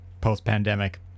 post-pandemic